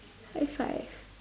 high five